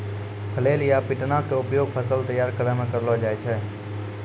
flail या पिटना के उपयोग फसल तैयार करै मॅ करलो जाय छै